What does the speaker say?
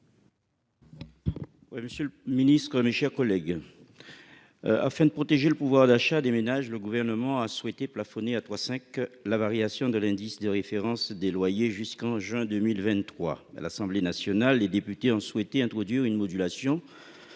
Monsieur le ministre, mes chers collègues, afin de protéger le pouvoir d'achat des ménages, le Gouvernement a souhaité plafonner à 3,5 % la variation de l'indice de référence des loyers jusqu'en juin 2023. À l'Assemblée nationale, les députés ont introduit une modulation